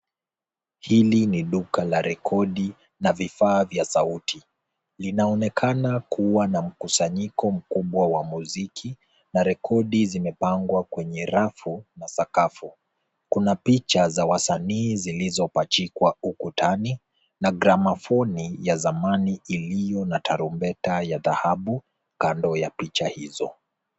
Hili ni duka la rekodi na vifaa vya sauti. Linaonekana kuwa na mkusanyiko mkubwa wa mziki na rekodi zimepangwa kwenye rafu na sakafu. Kuna picha za wasanii zilizopachikwa ukutani na gramafoni ya zamani iliyo na tarumbeta ya dhahabu kando ya picha hizo.